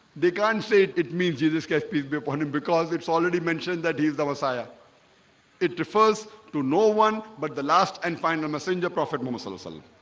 they can't say it means you this case peace be upon him because it's already mentioned that he is the messiah it refers to no one but the last and final messenger prophet musa alehsalaam um